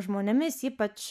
žmonėmis ypač